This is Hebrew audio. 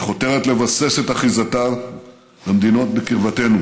היא חותרת לבסס את אחיזתה במדינות בקרבתנו.